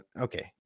okay